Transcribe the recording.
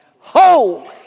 Holy